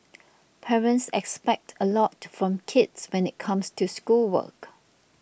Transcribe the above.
parents expect a lot from kids when it comes to schoolwork